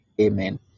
Amen